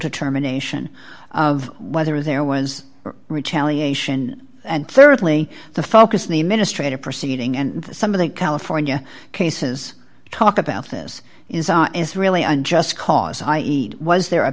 determination of whether there was retaliation and thirdly the focus in the administrators proceeding and some of the california cases to talk about this is are is really unjust cause i was there a